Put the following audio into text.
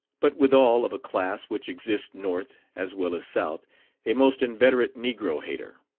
but withal of a class which exist north as well as south a most inveterate negro hater.